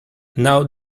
now